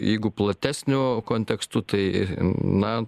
jeigu platesniu kontekstu tai na